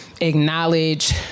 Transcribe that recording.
acknowledge